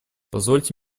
позвольте